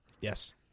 Yes